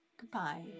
Goodbye